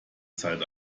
zeit